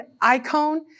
icon